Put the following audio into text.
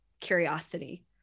curiosity